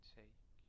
take